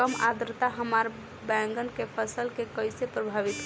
कम आद्रता हमार बैगन के फसल के कइसे प्रभावित करी?